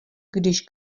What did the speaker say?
když